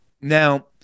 Now